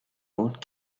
old